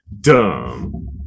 Dumb